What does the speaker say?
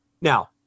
now